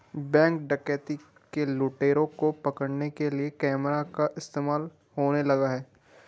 Bank डकैती के लुटेरों को पकड़ने के लिए कैमरा का इस्तेमाल होने लगा है?